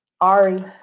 Ari